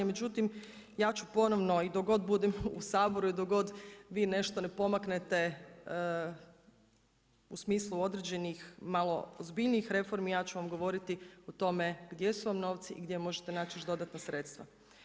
Međutim, ja ću ponovno i dok god budem u Saboru i dok god vi nešto ne pomaknete u smislu određenih malo ozbiljnijih reformi ja ću vam govoriti o tome gdje su vam novci i gdje možete naći još dodatna sredstva.